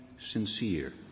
sincere